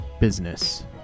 business